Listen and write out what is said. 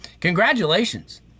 congratulations